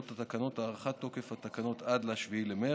התקנות כוללות הארכת תוקף התקנות עד ליום 7 במרץ.